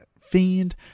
fiend